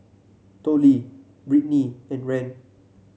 Tollie Brittnie and Rand